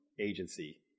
agency